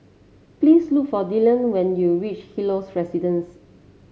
please look for Dillion when you reach Helios Residence